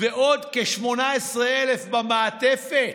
ועוד כ-18,000 במעטפת.